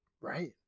right